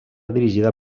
dirigida